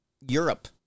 Europe